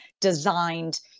designed